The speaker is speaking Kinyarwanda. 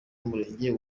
umurenge